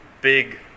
big